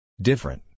Different